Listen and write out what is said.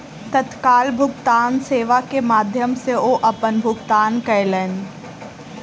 तत्काल भुगतान सेवा के माध्यम सॅ ओ अपन भुगतान कयलैन